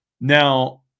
now